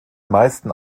meisten